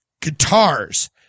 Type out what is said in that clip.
guitars